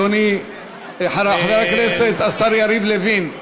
חבר הכנסת השר יריב לוין,